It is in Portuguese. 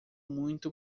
muito